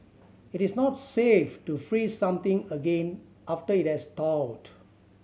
it is not safe to freeze something again after it has thawed